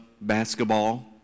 basketball